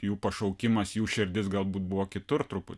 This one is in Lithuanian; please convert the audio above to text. jų pašaukimas jų širdis galbūt buvo kitur truputį